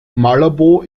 malabo